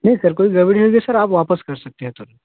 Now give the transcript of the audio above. नहीं सर कोई गड़बड़ी होगी सर आप वापस कर सकते हैं सर